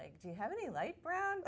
like do you have any light brown